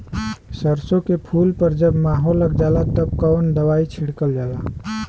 सरसो के फूल पर जब माहो लग जाला तब कवन दवाई छिड़कल जाला?